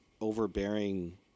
overbearing